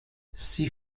sie